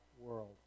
world